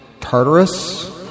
Tartarus